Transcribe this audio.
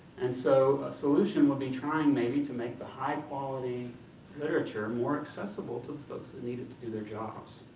and so a solution would be trying, maybe, to make the high quality literature more accessible to the folks that need it to do their jobs.